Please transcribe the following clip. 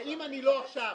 שאם אני לא אבוא עכשיו,